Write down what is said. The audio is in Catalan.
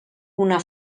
una